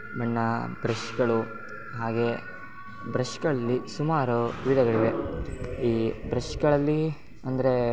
ಬಣ್ಣ ಬ್ರೆಷ್ಗಳು ಹಾಗೇ ಬ್ರೆಷ್ಗಳಲ್ಲಿ ಸುಮಾರು ವಿಧಗಳಿವೆ ಈ ಬ್ರೆಷ್ಗಳಲ್ಲಿ ಅಂದ್ರೆ